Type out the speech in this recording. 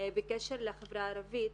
בקשר לחברה הערבית.